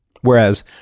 Whereas